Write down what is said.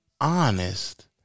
honest